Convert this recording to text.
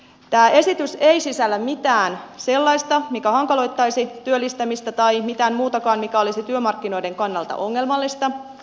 tämä esitys ei sisällä mitään sellaista mikä hankaloittaisi työllistämistä tai mitään muutakaan mikä olisi työmarkkinoiden kannalta ongelmallista